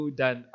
dan